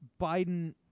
Biden